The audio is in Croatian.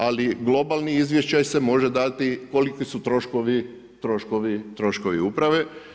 Ali globalni izvještaj se može dati koliki su troškovi uprave.